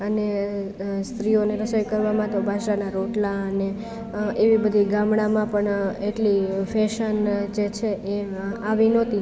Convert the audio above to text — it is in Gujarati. અને સ્ત્રીઓને રસોઈ કરવામાં તો બાજરીના રોટલા અને એવી બધી ગામડામાં પણ એટલી ફેશન જે છે એના આવી નહોતી